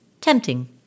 tempting